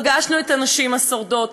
פגשנו את הנשים השורדות.